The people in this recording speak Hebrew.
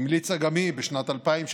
המליצה גם היא בשנת 2016